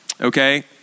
Okay